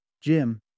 Jim